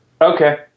Okay